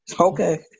Okay